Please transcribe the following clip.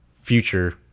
future